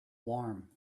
warm